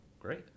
Great